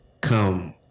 come